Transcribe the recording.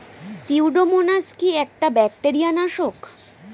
Pseudomonas কি একটা bacteria নাশক?